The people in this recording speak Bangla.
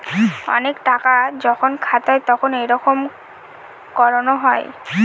অনেক টাকা যখন খাতায় তখন এইরকম করানো হয়